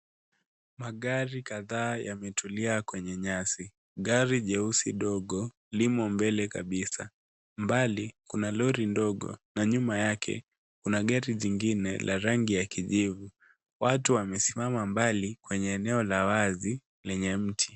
Magari kadhaa yametulia kwenye nyasi. Gari jeusi ndogo limo mbele kabisa, mbali kuna lori ndogo na nyuma yake kuna gari lingine la rangi ya kijivu watu wamesimama mbali kwenye eneo la wazi lenye mti.